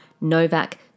Novak